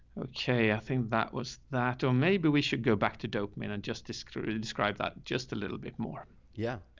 okay. i think that was that. or maybe we should go back to dopamine and just describe it. describe that just a little bit more. yeah,